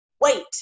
wait